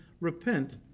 repent